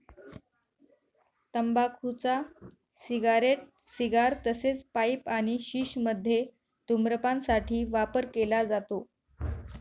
तंबाखूचा cigarette, cigar तसेच pipe आणि शिश मध्ये धूम्रपान साठी वापर केला जातो